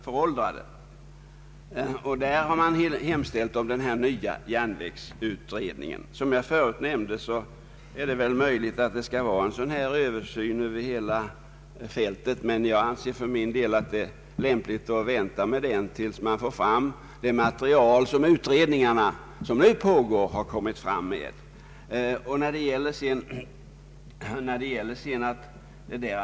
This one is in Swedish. Därför har man hemställt om en ny järnvägsutredning. Som jag förut nämnt är det möjligt att det skall verkställas en dylik översyn över hela fältet, men jag anser att det i så fall är lämpligt att vänta med den tills man får fram materialet från nu pågående utredningar.